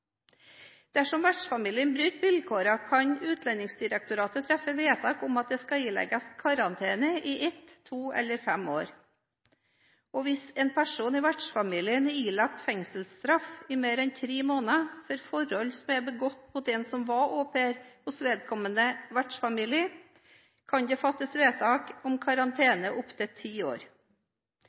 Dersom vertsfamilien bryter vilkårene, kan Utlendingsdirektoratet treffe vedtak om at det skal ilegges karantene i ett, to eller fem år. Hvis en person i vertsfamilien er ilagt fengselsstraff i mer enn tre måneder for forhold som er begått mot en som var au pair hos vedkommende vertsfamilie, kan det fattes vedtak om karantene i opptil ti år.